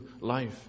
life